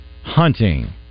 hunting